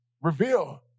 Reveal